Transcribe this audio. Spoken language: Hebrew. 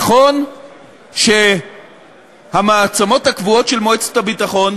נכון שהמעצמות הקבועות של מועצת הביטחון,